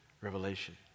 revelation